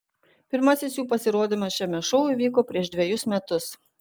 pirmasis jų pasirodymas šiame šou įvyko prieš dvejus metus